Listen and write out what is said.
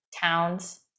towns